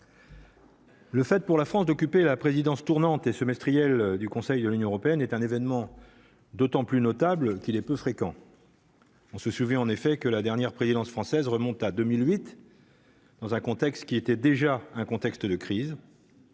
Le fait pour la France d'occuper la présidence tournante et semestrielle du Conseil de l'Union européenne est un événement d'autant plus notable qu'il est peu fréquent. On se souvient en effet que la dernière présidence française remonte à 2008. Dans un contexte qui était déjà un contexte de crise.